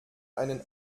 einen